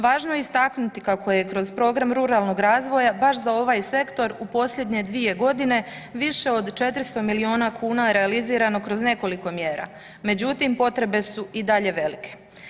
Važno je istaknuti kako je kroz program ruralnog razvoja baš za ovaj sektor u posljednje 2 godine, više od 400 milijuna kuna realizirano kroz nekoliko mjera međutim potrebe su i dalje velike.